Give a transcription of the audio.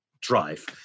drive